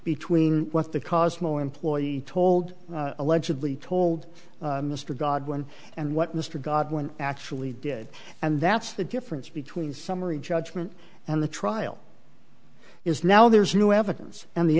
between what the cosmo employee told allegedly told mr godwin and what mr godwin actually did and that's the difference between summary judgment and the trial is now there's new evidence and the